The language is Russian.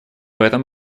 этом